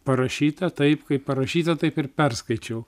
parašyta taip kaip parašyta taip ir perskaičiau